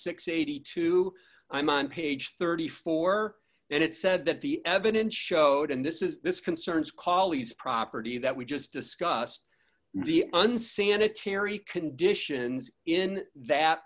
and eighty two i'm on page thirty four and it said that the evidence showed and this is this concerns callie's property that we just discussed the unsanitary conditions in that